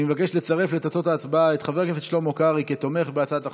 אני מבקש לצרף לתוצאות ההצבעה את חבר הכנסת שלמה קרעי כתומך בהצעת החוק,